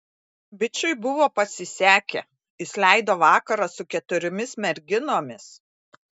bičui buvo pasisekę jis leido vakarą su keturiomis merginomis